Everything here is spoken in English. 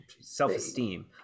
self-esteem